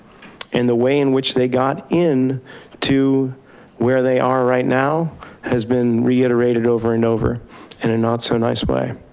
and the way in which they got in to where they are right now has been reiterated over and over in a not so nice way.